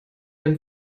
dem